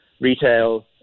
retail